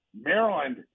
Maryland